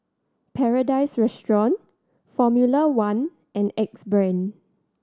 Paradise Restaurant Formula One and Axe Brand